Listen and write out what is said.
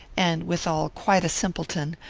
and, withal, quite a simpleton,